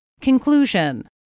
Conclusion